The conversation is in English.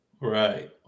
right